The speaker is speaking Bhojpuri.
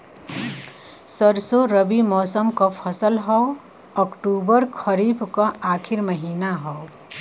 सरसो रबी मौसम क फसल हव अक्टूबर खरीफ क आखिर महीना हव